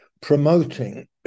promoting